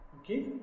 Okay